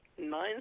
nine